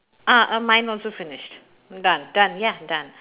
ah uh mine also finished done done ya done